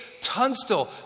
Tunstall